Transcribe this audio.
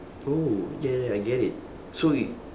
oh I get it I get it so you